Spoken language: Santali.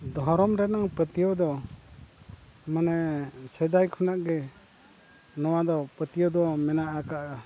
ᱫᱷᱚᱨᱚᱢ ᱨᱮᱱᱟᱝ ᱯᱟᱹᱛᱭᱟᱹᱣ ᱫᱚ ᱢᱟᱱᱮ ᱥᱮᱫᱟᱭ ᱠᱷᱚᱱᱟᱜ ᱜᱮ ᱱᱚᱣᱟᱫᱚ ᱯᱟᱹᱛᱭᱟᱹᱣ ᱫᱚ ᱢᱮᱱᱟᱜ ᱠᱟᱜᱼᱟ